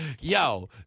yo